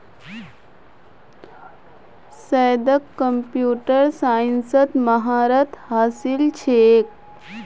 सैयदक कंप्यूटर साइंसत महारत हासिल छेक